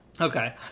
Okay